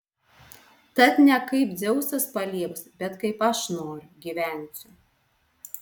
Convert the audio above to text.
tad ne kaip dzeusas palieps bet kaip aš noriu gyvensiu